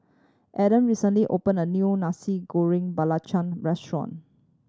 Aedan recently opened a new Nasi Goreng Belacan restaurant